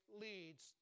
leads